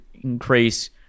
increase